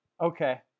Okay